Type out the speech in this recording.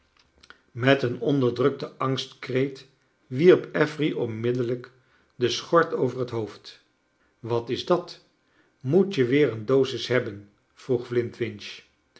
met een onderdrukten angstkreet wierp affery onmiddellijk de schort over het hoofd wat is dat moet je weer een dosis hebben vroeg